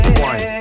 one